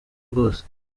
rwose